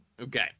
Okay